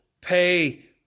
pay